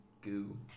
goo